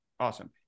awesome